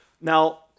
Now